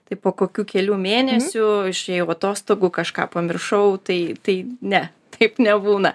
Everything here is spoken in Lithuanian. tai po kokių kelių mėnesių išėjau atostogų kažką pamiršau tai tai ne taip nebūna